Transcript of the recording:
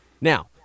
Now